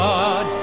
God